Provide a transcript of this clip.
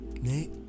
Nate